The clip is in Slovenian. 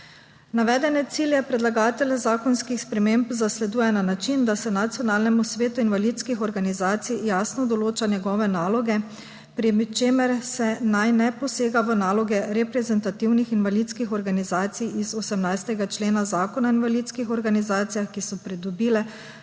Navedene cilje predlagatelj zakonskih sprememb zasleduje na način, da se Nacionalnemu svetu invalidskih organizacij jasno določa njegove naloge, pri čemer naj se ne posega v naloge reprezentativnih invalidskih organizacij iz 18. člena Zakona o invalidskih organizacijah, ki so pridobile